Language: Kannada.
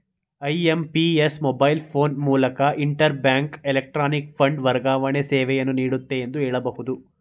ಐ.ಎಂ.ಪಿ.ಎಸ್ ಮೊಬೈಲ್ ಫೋನ್ ಮೂಲಕ ಇಂಟರ್ ಬ್ಯಾಂಕ್ ಎಲೆಕ್ಟ್ರಾನಿಕ್ ಫಂಡ್ ವರ್ಗಾವಣೆ ಸೇವೆಯನ್ನು ನೀಡುತ್ತೆ ಎಂದು ಹೇಳಬಹುದು